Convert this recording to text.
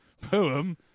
Poem